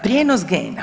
Prijenos gena.